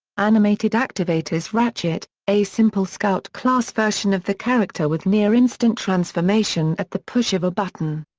animated activators ratchet a simple scout-class version of the character with near-instant transformation at the push of a button.